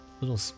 little